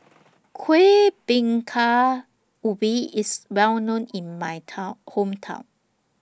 Kuih Bingka Ubi IS Well known in My Town Hometown